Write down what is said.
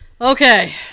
Okay